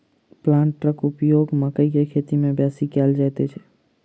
प्लांटरक उपयोग मकइ के खेती मे बेसी कयल जाइत छै